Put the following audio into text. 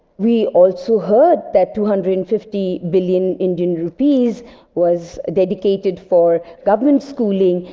we also heard that two hundred and fifty billion indian rupees was dedicated for government schooling.